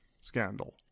scandal